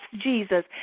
Jesus